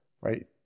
right